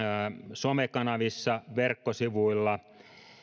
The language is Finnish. somekanavissa verkkosivuilla